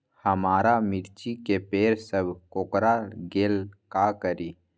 हमारा मिर्ची के पेड़ सब कोकरा गेल का करी?